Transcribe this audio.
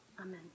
amen